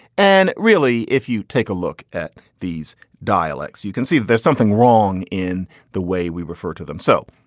and really, if you take a look at these dialects, you can see that there's something wrong in the way we refer to them. so,